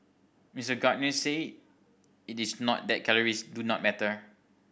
Mister Gardner said it is not that calories do not matter